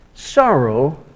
Sorrow